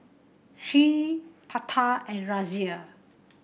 Hri Tata and Razia